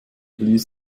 blies